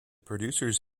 producers